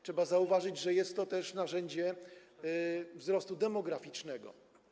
Trzeba zauważyć, że jest to też narzędzie wzrostu demograficznego.